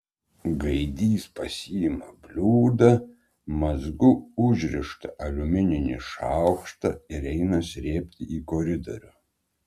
gaidys pasiima bliūdą mazgu užrištą aliumininį šaukštą ir eina srėbti į koridorių